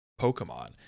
pokemon